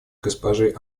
госпожи